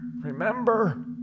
remember